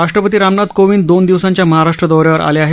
राष्ट्रपती रामनाथ कोविंद दोन दिवसांच्या महाराष्ट्र दौऱ्यावर आले आहेत